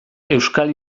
euskal